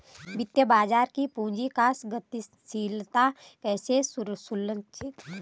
वित्तीय बाजार पूंजी का गतिशीलन कैसे सुनिश्चित करता है?